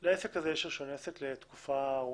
יש רישיון עסק לתקופה ארוכה,